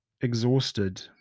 exhausted